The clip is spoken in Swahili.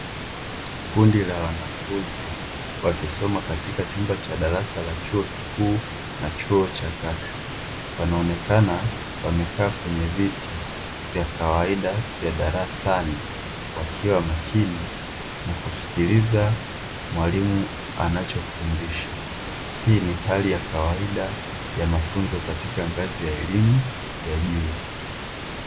Kundi la wanafunzi, wakisoma katika chumba cha darasa la chuo kikuu na chuo cha kati, wanaonekana wamekaa kwenye viti vya kawaida vya darasani, wakiwa makini na kusikiliza mwalimu anachofundisha. Hii ni hali ya kawaida ya mafunzo katika ngazi ya elimu ya juu.